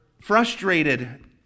frustrated